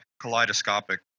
Kaleidoscopic